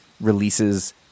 releases